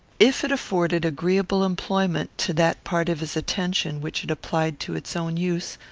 if it afforded agreeable employment to that part of his attention which it applied to its own use,